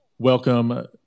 Welcome